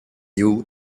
new